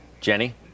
Jenny